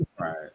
right